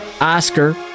Oscar